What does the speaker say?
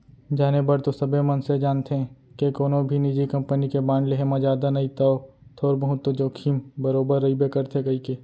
जाने बर तो सबे मनसे जानथें के कोनो भी निजी कंपनी के बांड लेहे म जादा नई तौ थोर बहुत तो जोखिम बरोबर रइबे करथे कइके